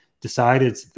decided